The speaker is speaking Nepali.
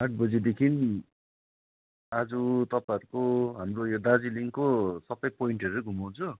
आठ बजीदेखि आज तपाईँहरूको हाम्रो यो दार्जिलिङको सब पोइन्टहरू घुमाउँछु